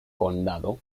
condado